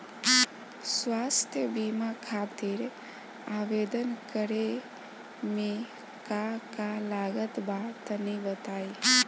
स्वास्थ्य बीमा खातिर आवेदन करे मे का का लागत बा तनि बताई?